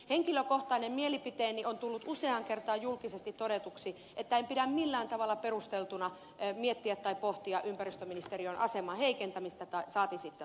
henkilökohtainen mielipiteeni on tullut useaan kertaan julkisesti todetuksi että en pidä millään tavalla perusteltuna miettiä tai pohtia ympäristöministeriön aseman heikentämistä saati sitten lakkauttamista